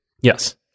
Yes